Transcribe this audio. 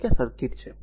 ધારો કે આ સર્કિટ છે